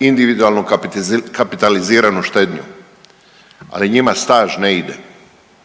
individualno kapitaliziranu štednju, ali njima staž ne ide,